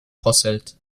posselt